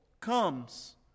comes